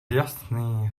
jasný